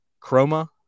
Chroma